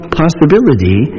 possibility